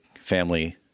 family